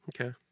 Okay